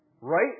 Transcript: Right